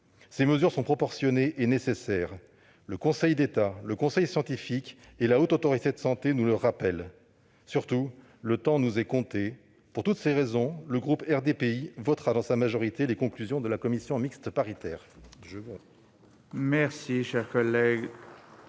Ces mesures sont proportionnées et nécessaires : le Conseil d'État, le conseil scientifique et la Haute Autorité de santé nous le rappellent. Surtout, le temps nous est compté. Pour toutes ces raisons, le groupe RDPI votera, dans sa majorité, les conclusions de la commission mixte paritaire.